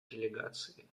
делегацией